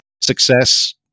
success